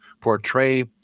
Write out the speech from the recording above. portray